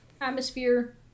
atmosphere